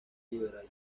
liberal